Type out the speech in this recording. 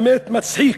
באמת מצחיק,